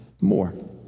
more